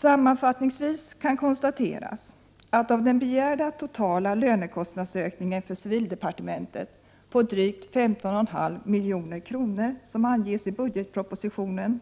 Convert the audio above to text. Sammanfattningsvis kan konstateras att av den begärda totala lönekostnadsökningen för civildepartementet på drygt 15,5 milj.kr. som anges i budgetpropositionen,